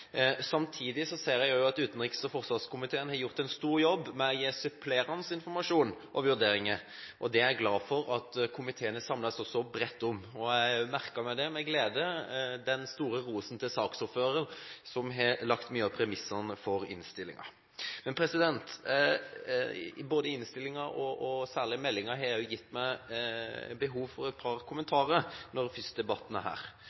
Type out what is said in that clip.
ser jeg òg at utenriks- og forsvarskomiteen har gjort en stor jobb med å gi supplerende informasjon og vurderinger, og det er jeg glad for at komiteen samles så bredt om. Jeg merket meg med glede den store rosen til saksordføreren, som har lagt mye av premissene for innstillingen. Men etter å ha lest innstillingen og særlig meldingen har jeg behov for å komme med et par kommentarer, når vi først har debatten her.